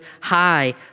high